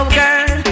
girl